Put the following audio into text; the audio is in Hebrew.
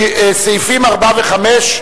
סעיפים 4 ו-5.